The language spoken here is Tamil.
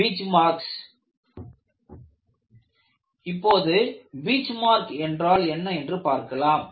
பீச் மார்க்ஸ் இப்போது பீச்மார்க் என்றால் என்ன என்று பார்க்கலாம்